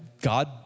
God